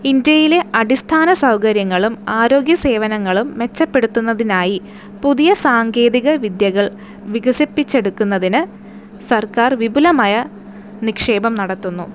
ഇന്ത്യയിലെ അടിസ്ഥാന സൗകര്യങ്ങളും ആരോഗ്യസേവനങ്ങളും മെച്ചപ്പെടുത്തുന്നതിനായി പുതിയ സാങ്കേതിക വിദ്യകൾ വികസിപ്പിച്ചെടുക്കുന്നതിന് സർക്കാർ വിപുലമായ നിക്ഷേപം നടത്തുന്നു